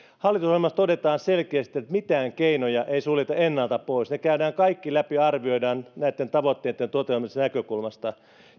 hallitusohjelmassa todetaan selkeästi että mitään keinoja ei suljeta ennalta pois ne käydään kaikki läpi ja arvioidaan näiden tavoitteiden toteutumisen näkökulmasta